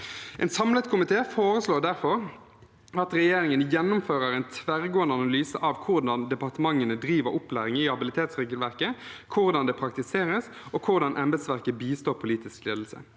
mv. 2623 komite foreslår derfor at regjeringen gjennomfører en tverrgående analyse av hvordan departementene driver opplæring i habilitetsregelverket, hvordan det praktiseres, og hvordan embetsverket bistår politisk ledelse.